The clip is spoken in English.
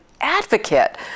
advocate